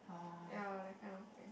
ya that kind of thing